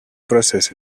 process